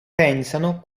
pensano